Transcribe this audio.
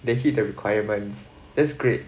they hit the requirements that's great